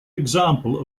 example